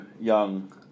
young